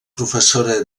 professora